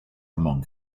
among